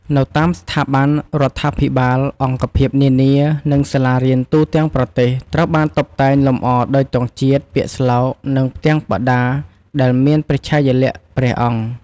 នៅតាមស្ថាប័នរដ្ឋាភិបាល អង្គភាពនានា និងសាលារៀនទូទាំងប្រទេស ត្រូវបានតុបតែងលម្អដោយទង់ជាតិ ពាក្យស្លោក និងផ្ទាំងបដាដែលមានព្រះឆាយាល័ក្ខណ៍ព្រះអង្គ។